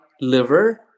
liver